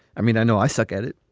i mean, i know i suck at it.